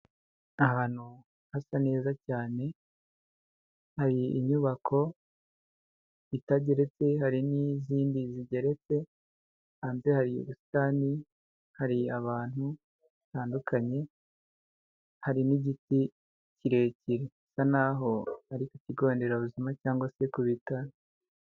Ahantu hasa neza cyane hari inyubako itageretse, hari n'izindi zigeretse hanze hari ubusitani hari abantu batandukanye, hari n'igiti kirekire bisa naho ari ku kigo nderabuzima cyangwa se ku bitaro.